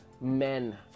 men